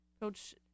Coach